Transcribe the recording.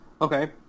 Okay